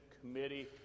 committee